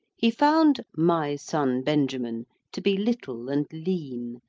he found my son benjamin to be little and lean,